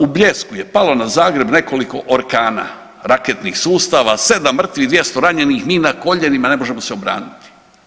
U Bljesku je palo na Zagreb nekoliko Orkana, raketnih sustava, 7 mrtvih, 200 ranjenih, mi na koljenima, ne možemo se obraniti.